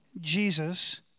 Jesus